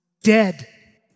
dead